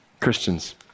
Christians